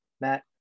matt